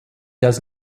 does